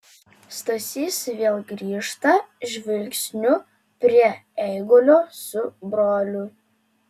stasys vėl grįžta žvilgsniu prie eigulio su broliu